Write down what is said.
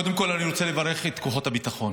קודם כול אני רוצה לברך את כוחות הביטחון